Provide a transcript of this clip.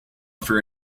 for